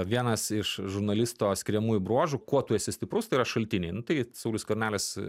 vienas iš žurnalisto skiriamųjų bruožų kuo tu esi stiprus tai yra šaltiniai nu tai saulius skvernelis